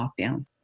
lockdown